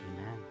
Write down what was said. Amen